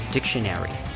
Dictionary